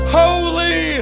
holy